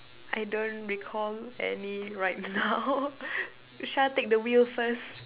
I don't recall any right now Shah take the wheel first